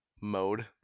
mode